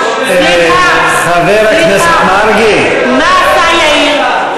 חבר הכנסת מרגי, סליחה, סליחה, מה עשה יאיר?